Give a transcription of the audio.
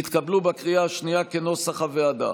התקבלו בקריאה השנייה כנוסח הוועדה.